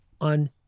on